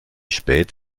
spät